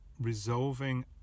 resolving